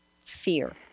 fear